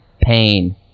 pain